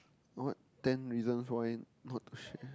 what ten reasons why not to shit